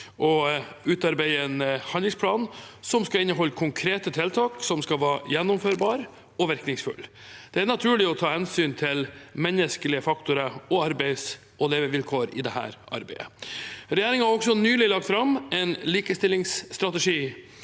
å utarbeide en handlingsplan som skal inneholde konkrete tiltak som skal være gjennomførbare og virkningsfulle. Det er naturlig å ta hensyn til menneskelige faktorer og arbeids- og levevilkår i dette arbeidet. Regjeringen har også nylig lagt fram en likestillingsstrategi